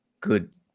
good